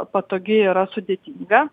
patogi yra sudėtinga